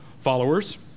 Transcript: followers